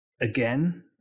Again